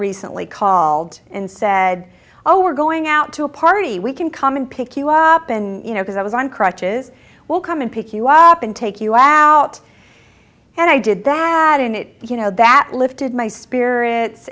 recently called and said oh we're going out to a party we can come and pick you up in because i was on crutches will come and pick you up and take you out and i did that and it you know that lifted my spirits